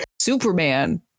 Superman